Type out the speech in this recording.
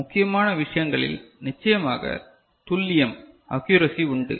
எனவே முக்கியமான விஷயங்களில் நிச்சயமாக துல்லியம் accuracy உண்டு